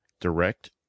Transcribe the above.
direct